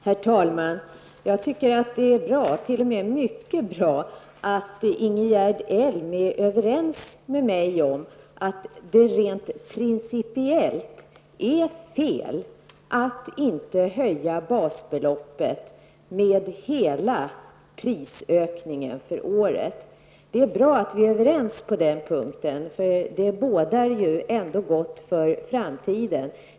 Herr talman! Det är mycket bra att Ingegerd Elm är överens med mig om att det rent principiellt är fel att inte höja basbeloppet med hela prisökningen för året. Det är bra att vi är överens på den punkten. Det bådar gott för framtiden.